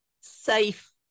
safe